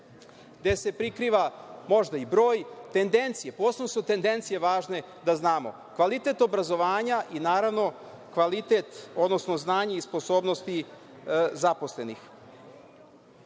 gde se prikriva možda i broj. Tendencije, posebno su tendencije važne da znamo, kvalitet obrazovanja i naravno kvalitet, odnosno znanje i sposobnosti zaposlenih. Vama